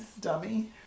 Dummy